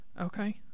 Okay